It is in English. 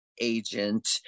agent